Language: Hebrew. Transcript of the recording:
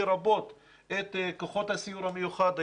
לרבות את כוחות הסיור המיוחד,